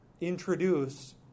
introduce